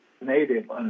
native